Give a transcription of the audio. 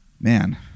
Man